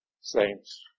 saints